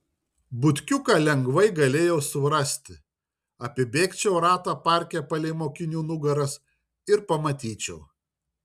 butkiuką lengvai galėjau surasti apibėgčiau ratą parke palei mokinių nugaras ir pamatyčiau